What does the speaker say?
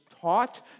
taught